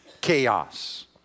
chaos